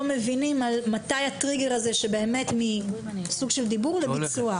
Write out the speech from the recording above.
מבינים על מתי הטריגר הזה שבאמת עובר מסוג של דיבור לביצוע.